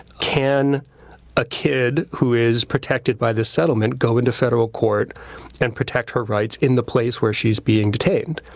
can a kid who is protected by this settlement go into federal court and protect her rights in the place where she's being detained?